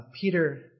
Peter